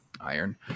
Iron